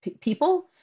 people